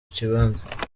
kibanza